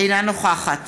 אינה נוכחת